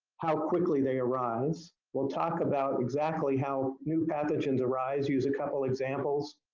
how quickly they arise. we'll talk about exactly how new pathogens arise, use a couple examples.